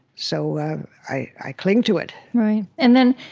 so i cling to it right. and then